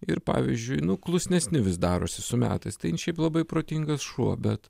ir pavyzdžiui nu klusnesni vis darosi su metais tai šiaip labai protingas šuo bet